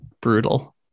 brutal